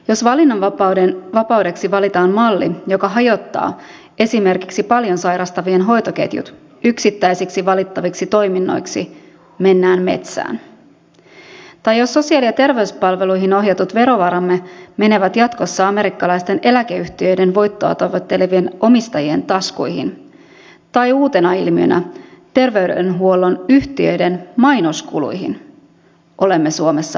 jos valinnanvapaudeksi valitaan malli joka hajottaa esimerkiksi paljon sairastavien hoitoketjut yksittäisiksi valittaviksi toiminnoiksi mennään metsään tai jos sosiaali ja terveyspalveluihin ohjatut verovaramme menevät jatkossa amerikkalaisten eläkeyhtiöiden voittoa tavoittelevien omistajien taskuihin tai uutena ilmiönä terveydenhuollon yhtiöiden mainoskuluihin olemme suomessa väärällä tiellä